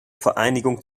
vereinigung